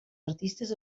artistes